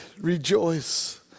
rejoice